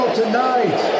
tonight